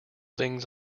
things